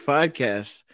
Podcast